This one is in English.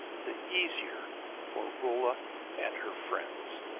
the easier for rolla and her friends.